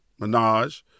Minaj